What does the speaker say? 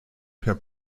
per